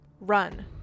Run